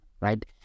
right